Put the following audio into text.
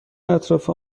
اطراف